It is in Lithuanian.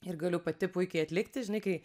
ir galiu pati puikiai atlikti žinai kai